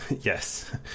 Yes